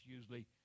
usually